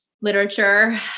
literature